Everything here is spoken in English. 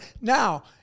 Now